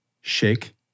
shake